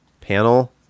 panel